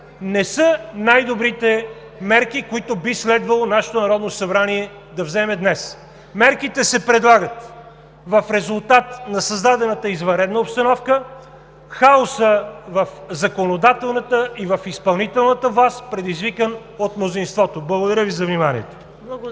не са най-добрите мерки, които би следвало нашето Народно събрание да вземе днес. Мерките се предлагат в резултат на създадената извънредна обстановка, хаоса в законодателната и в изпълнителната власт, предизвикан от мнозинството. Благодаря Ви за вниманието.